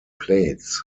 plates